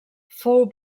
fou